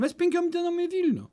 mes penkiom dienom į vilnių